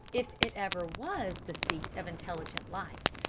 if it ever was the seat of intelligent life,